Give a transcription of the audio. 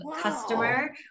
customer